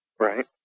Right